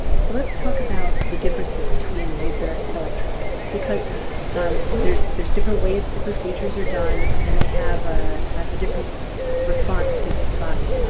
so let's talk about the differences between laser and electrolysis because there's there's different ways that the procedures are done and they have a ah different response to to the body.